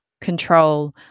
control